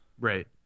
Right